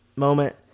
moment